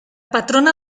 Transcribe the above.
patrona